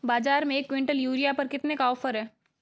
बाज़ार में एक किवंटल यूरिया पर कितने का ऑफ़र है?